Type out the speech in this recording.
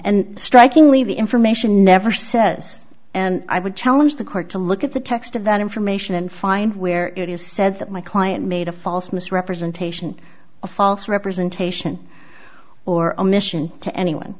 and strikingly the information never says and i would challenge the court to look at the text of that information and find where it is said that my client made a false misrepresentation of false representation or omission to anyone